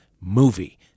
movie